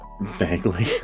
Vaguely